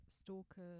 stalker